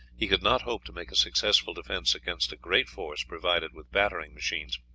he could not hope to make a successful defence against a great force provided with battering machines.